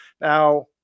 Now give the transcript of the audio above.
now